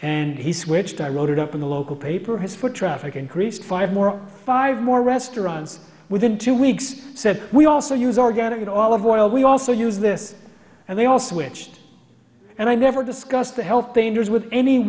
and he switched i wrote it up in the local paper his foot traffic increased five more five more restaurants within two weeks said we also use organic it all of oil we also use this and they all switched and i never discussed the health dangers with any